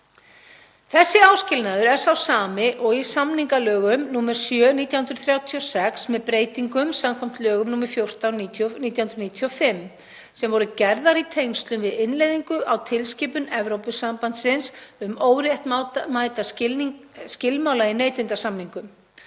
Þessi áskilnaður er sá sami og í samningalögum, nr. 7/1936, með breytingum skv. lögum nr. 14/1995 sem voru gerðar í tengslum við innleiðingu á tilskipun Evrópusambandsins um óréttmæta skilmála í neytendasamningum.